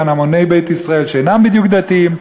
למען המוני בית ישראל שאינם בדיוק דתיים,